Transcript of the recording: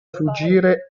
fuggire